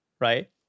right